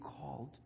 called